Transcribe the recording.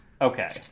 Okay